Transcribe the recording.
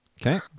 Okay